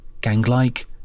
gang-like